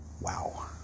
wow